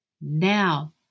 Now